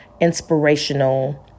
inspirational